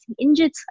injured